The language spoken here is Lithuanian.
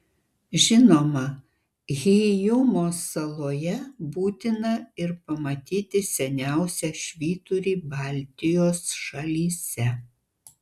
žinoma hyjumos saloje būtina ir pamatyti seniausią švyturį baltijos šalyse